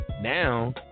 now